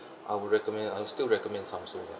I would recommend I'll still recommend samsung lah